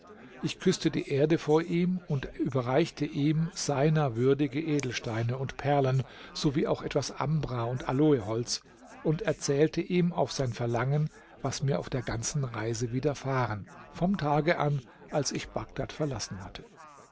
ich küßte die erde vor ihm und überreichte ihm seiner würdige edelsteine und perlen sowie auch etwas ambra und aloeholz und erzählte ihm auf sein verlangen was mir auf der ganzen reise widerfahren vom tage an als ich bagdad verlassen hatte